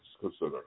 consider